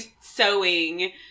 sewing